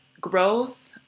growth